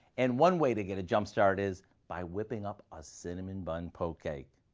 and one way to get a jump start is by whipping up a cinnamon bun poke cake.